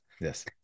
Yes